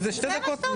זה מה שאתה עושה.